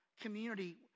community